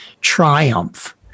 triumph